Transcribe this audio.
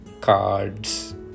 cards